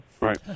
Right